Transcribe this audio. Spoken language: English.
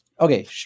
okay